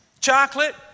chocolate